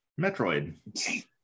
Metroid